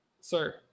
Sir